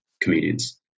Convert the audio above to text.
comedians